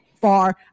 far